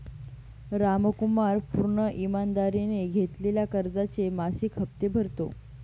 रामकुमार पूर्ण ईमानदारीने घेतलेल्या कर्जाचे मासिक हप्ते भरतो